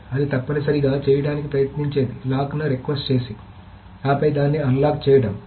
కాబట్టి అది తప్పనిసరిగా చేయటానికి ప్రయత్నించేది లాక్ను రిక్వెస్ట్ చేసి ఆపై దాన్ని అన్లాక్ చేయడం